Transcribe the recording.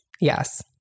Yes